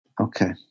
Okay